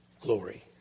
glory